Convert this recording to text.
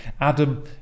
Adam